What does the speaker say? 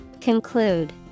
Conclude